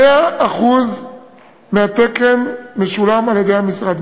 100% התקן משולם על-ידי המשרד,